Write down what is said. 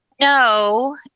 No